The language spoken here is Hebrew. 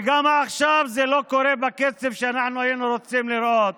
וגם עכשיו זה לא קורה בקצב שהיינו רוצים לראות,